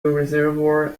reservoir